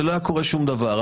ולא היה קורה שום דבר.